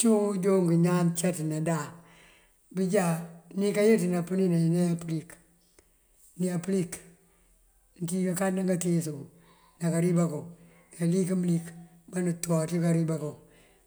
Cíwuŋ wujoonk ñaan caţënadan bëjá nikayëţ napëni naye nayá pëlik nayá pëlik nëţíj kakandan katíis kuŋ ná kariba kuŋ nayá lik mëlik banëţo ţí kariba kuŋ